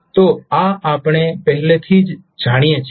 તો આ આપણે પહેલેથી જ જાણીએ છીએ